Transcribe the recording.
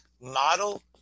model